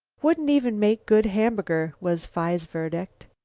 wouldn't even make good hamburger, was phi's verdict.